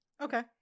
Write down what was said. Okay